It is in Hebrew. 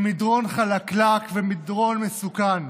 במדרון חלקלק ומדרון מסוכן.